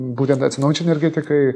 būtent atsinaujinančiai energetikai